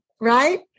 right